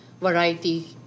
variety